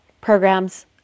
programs